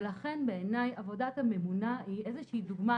ולכן בעיניי עבודת הממונה היא איזושהי דוגמה,